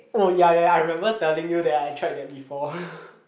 oh ya ya ya I remember telling you that I tried that before